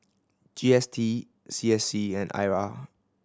G S T C S C and I R